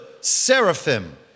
seraphim